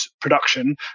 production